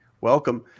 Welcome